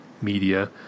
media